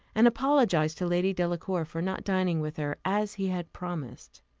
and apologized to lady delacour for not dining with her, as he had promised.